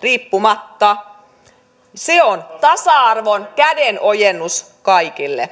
riippumatta se on tasa arvon kädenojennus kaikille